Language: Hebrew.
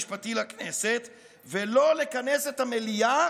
ולא לכנס את המליאה